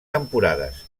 temporades